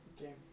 Okay